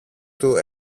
του